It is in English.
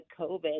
COVID